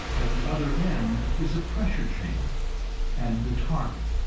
at the other end is a pressure chamber and the target,